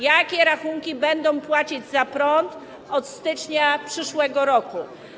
Jakie rachunki będą płacić za prąd od stycznia przyszłego roku?